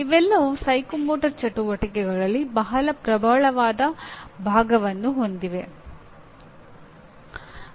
ಇವೆಲ್ಲವೂ ಮನೋಪ್ರೇರಣಾ ಚಟುವಟಿಕೆಗಳಲ್ಲಿ ಬಹಳ ಪ್ರಬಲವಾದ ಭಾಗವನ್ನು ಹೊಂದಿವೆ